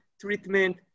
treatment